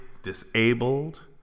disabled